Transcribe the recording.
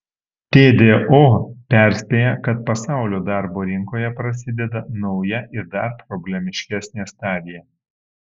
tdo perspėja kad pasaulio darbo rinkoje prasideda nauja ir dar problemiškesnė stadija